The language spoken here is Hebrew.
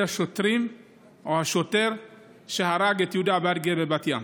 השוטרים או השוטר שהרג את יהודה ביאדגה בבת ים.